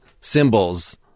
symbols